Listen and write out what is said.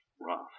rough